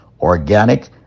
organic